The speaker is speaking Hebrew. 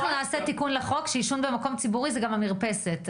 אנחנו נעשה תיקון לחוק שעישון במקום ציבורי זה גם המרפסת.